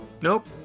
Nope